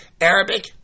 Arabic